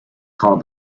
called